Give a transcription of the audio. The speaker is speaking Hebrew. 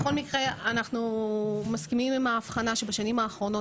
בכל מקרה אנחנו מסכימים עם האבחנה שבשנים האחרונות